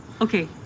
okay